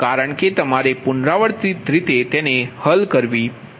કારણ કે તમારે પુનરાવર્તિત રીતે તેને હલ કરવી પડશે